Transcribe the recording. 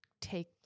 take